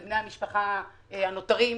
לבני המשפחה הנותרים.